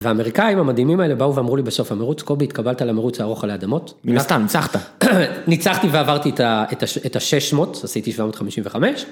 והאמריקאים המדהימים האלה באו ואמרו לי בסוף המרוץ קובי התקבלת למרוץ הארוך על האדמות. ומה סתם ניצחת? ניצחתי ועברתי את ה-600 עשיתי 755.